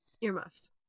Earmuffs